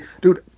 Dude